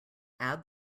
add